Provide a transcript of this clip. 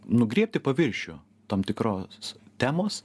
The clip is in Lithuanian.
nugriebti paviršių tam tikros temos